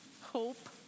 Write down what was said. hope